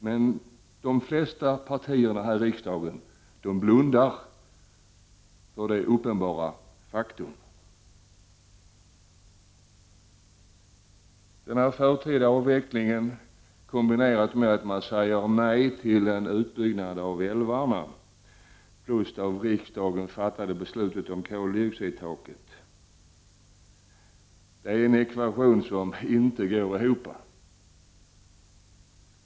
Men de flesta partier här i riksdagen blundar för detta uppenbara faktum. Den förtida avvecklingen kombinerad med att man säger nej till en utbyggnad av älvarna plus det av riksdagen fattade beslutet om koldioxidtaket är en ekvation som inte går ihop.